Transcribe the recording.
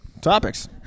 topics